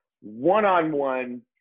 one-on-one